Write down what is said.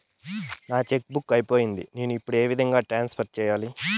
నా cheque book అయిపోయింది నేను ఇప్పుడు ఏ విధంగా ట్రాన్స్ఫర్ సేయాలి?